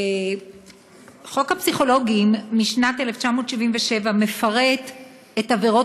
חוק הפסיכולוגים משנת 1977 מפרט את עבירות